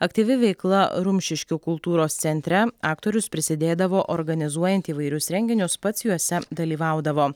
aktyvi veikla rumšiškių kultūros centre aktorius prisidėdavo organizuojant įvairius renginius pats juose dalyvaudavo